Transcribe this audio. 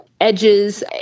edges